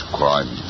crime